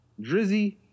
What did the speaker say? Drizzy